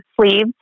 sleeves